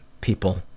people